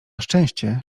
szczęście